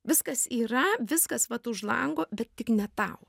viskas yra viskas vat už lango bet tik ne tau